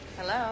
Hello